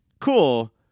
cool